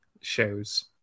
shows